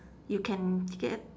you can get